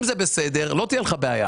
אם זה בסדר, לא תהיה לך בעיה.